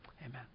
amen